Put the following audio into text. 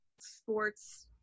sports